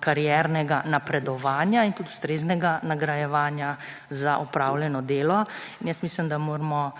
kariernega napredovanja in tudi ustreznega nagrajevanja za opravljeno delo. In jaz mislim, da moramo